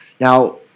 now